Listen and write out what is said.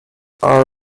are